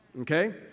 Okay